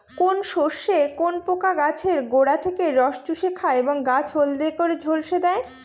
কোন শস্যে কোন পোকা গাছের গোড়া থেকে রস চুষে খায় এবং গাছ হলদে করে ঝলসে দেয়?